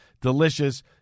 delicious